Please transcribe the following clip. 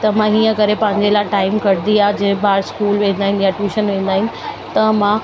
त मां हीअं करे पंहिंजे लाइ टाईम कढंदी आहियां जीअं ॿार स्कूल वेंदा आहिनि या टूशन वेंदा आहिनि त मां